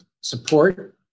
support